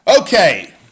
Okay